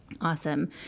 Awesome